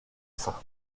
sein